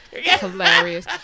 Hilarious